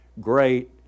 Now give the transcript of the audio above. great